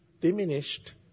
Diminished